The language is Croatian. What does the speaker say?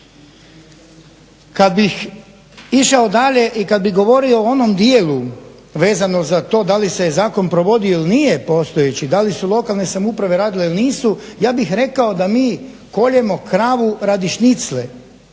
Kad bih išao dalje i kad bih govorio o onom dijelu vezano za to da li se zakon provodio ili nije postojeći, da li su lokalne samouprave radile ili nisu, ja bih rekao da mi koljemo kravu radi šnicle